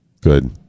good